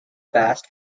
fast